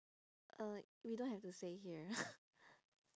uh we don't have to say here